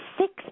six